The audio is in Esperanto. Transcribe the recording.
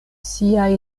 siaj